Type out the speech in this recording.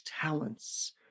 talents